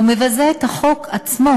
הוא מבזה את החוק עצמו,